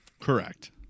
Correct